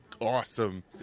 Awesome